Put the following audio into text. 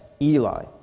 Eli